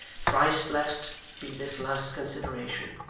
thrice blessed be this last consideration,